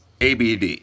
ABD